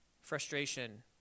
Frustration